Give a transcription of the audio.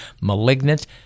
malignant